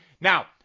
Now